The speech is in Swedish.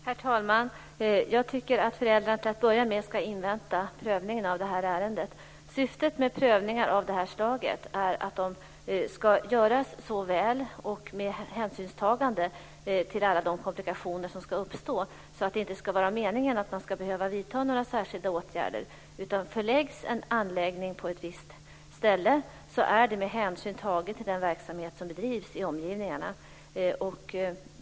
Herr talman! Jag tycker att föräldrarna till att börja med ska invänta prövningen av det här ärendet. Syftet med prövningar av det här slaget är att de ska göras så väl, med hänsynstagande till alla de komplikationer som kan uppstå, att man inte ska behöva vidta några särskilda åtgärder. Förläggs en anläggning på ett visst ställe är det med hänsyn tagen till den verksamhet som bedrivs i omgivningarna.